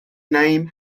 name